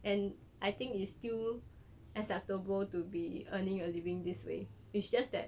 and I think it is still acceptable to be earning a living this way it's just that